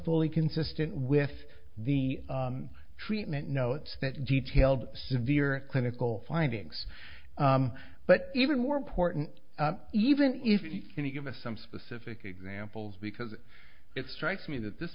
fully consistent with the treatment notes that detailed severe clinical findings but even more important even if you can you give us some specific examples because it strikes me that this